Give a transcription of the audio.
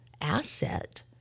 asset